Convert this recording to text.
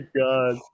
god